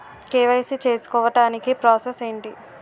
KYC చేసుకోవటానికి process ఏంటి?